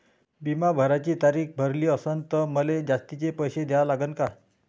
बिमा भराची तारीख भरली असनं त मले जास्तचे पैसे द्या लागन का?